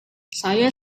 saya